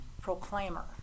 proclaimer